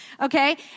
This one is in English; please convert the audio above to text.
okay